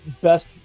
best